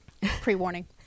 pre-warning